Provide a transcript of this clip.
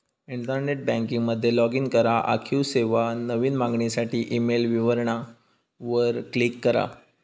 internet banking मध्ये log in करा, आणखी सेवा, नवीन मागणीसाठी ईमेल विवरणा वर क्लिक करा